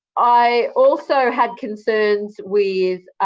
i also had concerns with